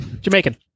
Jamaican